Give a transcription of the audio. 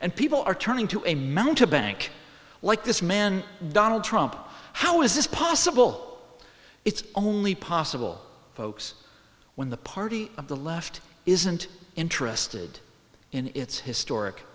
and people are turning to a mount a bank like this man donald trump how is this possible it's only possible folks when the party of the left isn't interested in its historic